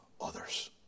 others